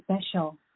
special